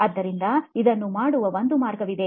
ಆದ್ದರಿಂದ ಇದನ್ನು ಮಾಡುವ ಒಂದು ಮಾರ್ಗವಾಗಿದೆ